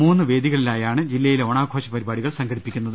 മൂന്ന് വേദികളിലായാണ് ജില്ലയിലെ ഓണാ ഘോഷ പരിപാടികൾ സംഘടിപ്പിക്കുന്നത്